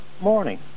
morning